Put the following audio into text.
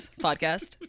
podcast